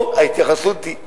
פה ההתייחסות היא נאדה,